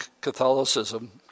Catholicism